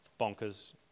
bonkers